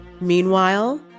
Meanwhile